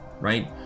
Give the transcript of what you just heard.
right